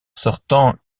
sortant